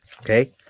okay